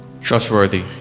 Trustworthy